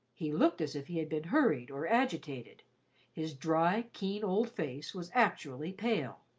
he looked as if he had been hurried or agitated his dry, keen old face was actually pale.